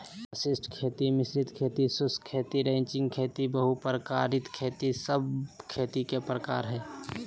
वशिष्ट खेती, मिश्रित खेती, शुष्क खेती, रैचिंग खेती, बहु प्रकारिय खेती सब खेती के प्रकार हय